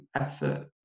effort